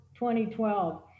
2012